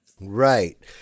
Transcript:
Right